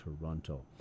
Toronto